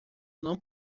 não